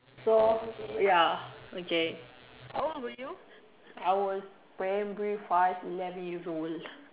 so ya okay how old are you I was primary five eleven years old